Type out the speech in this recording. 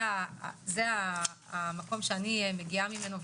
זה המקום שאני מגיעה ממנו,